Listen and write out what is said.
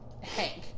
Hank